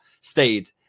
stayed